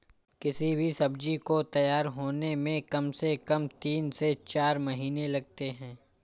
किसी भी सब्जी को तैयार होने में कम से कम तीन से चार महीने लगते हैं